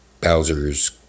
Bowser's